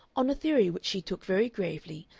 on a theory which she took very gravely,